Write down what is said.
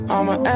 I'ma